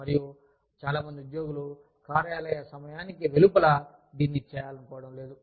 మరియు చాలా మంది ఉద్యోగులు కార్యాలయ సమయానికి వెలుపల దీన్ని చేయాలనుకోవడం లేదు